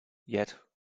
yet